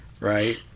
right